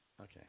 Okay